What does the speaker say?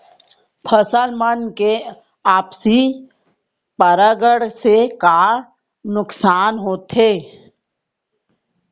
फसल मन के आपसी परागण से का का नुकसान होथे?